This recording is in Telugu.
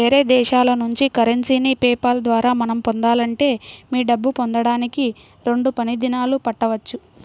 వేరే దేశాల నుంచి కరెన్సీని పే పాల్ ద్వారా మనం పొందాలంటే మీ డబ్బు పొందడానికి రెండు పని దినాలు పట్టవచ్చు